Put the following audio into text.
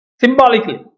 Symbolically